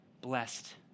blessed